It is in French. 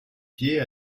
pieds